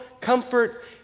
comfort